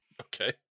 Okay